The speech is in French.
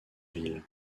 ville